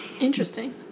Interesting